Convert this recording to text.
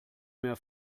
mehr